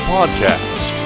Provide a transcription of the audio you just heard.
Podcast